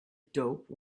dope